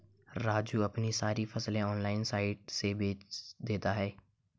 राजू अपनी सारी फसलें ऑनलाइन साइट से बेंच देता हैं